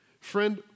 Friend